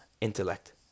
intellect